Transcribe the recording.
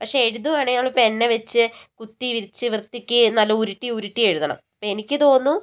പക്ഷെ എഴുതുകയാണേ നമ്മൾ പെൻ വെച്ച് കുത്തിവരച്ച് വൃത്തിക്ക് നല്ല ഉരുട്ടി ഉരുട്ടി എഴുതണം അപ്പം എനിക്ക് തോന്നുന്നു